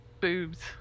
Boobs